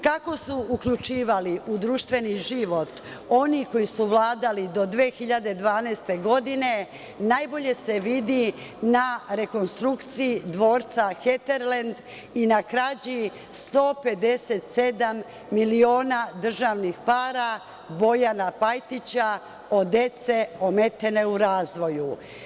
Kako su uključivali u društveni život oni koji su vladali do 2012. godine, najbolje se vidi na rekonstrukciji dvorca „Heterlend“ i na krađi 157 miliona državnih para, Bojana Pajtića, od dece ometene u razvoju.